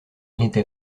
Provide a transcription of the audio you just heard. n’était